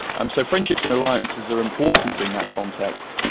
and so friendships and alliances are important in that context,